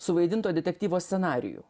suvaidinto detektyvo scenarijų